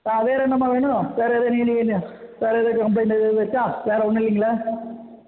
வேறு என்னமா வேணும் வேறு எதுவும் இல்லயில்ல வேறு எதுவும் கம்பளைண்ட் எதாவது இருக்கா வேறு ஒன்றும் இல்லைங்களே